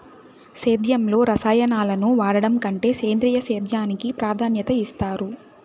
సేద్యంలో రసాయనాలను వాడడం కంటే సేంద్రియ సేద్యానికి ప్రాధాన్యత ఇస్తారు